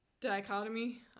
Dichotomy